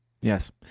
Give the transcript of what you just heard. Yes